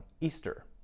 Easter